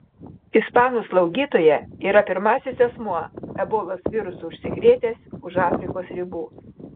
ispanų slaugytoja yra pirmasis asmuo ebolos virusu užsikrėtęs už afrikos ribų